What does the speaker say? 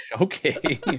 Okay